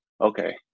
okay